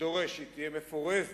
ודורש שהיא תהיה מפורזת,